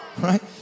Right